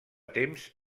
temps